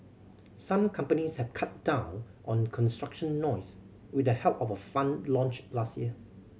some companies have cut down on construction noise with the help of a fund launched last year